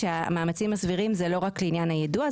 "המאמצים הסבירים" זה לא רק לעניין היידוע,